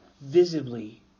visibly